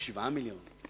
7 מיליונים,